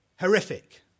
horrific